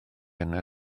yna